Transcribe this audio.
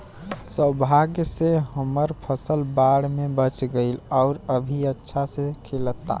सौभाग्य से हमर फसल बाढ़ में बच गइल आउर अभी अच्छा से खिलता